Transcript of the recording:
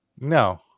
No